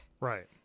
Right